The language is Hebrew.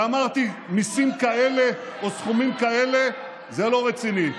ואמרתי: מיסים כאלה או סכומים כאלה זה לא רציני.